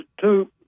two